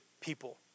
people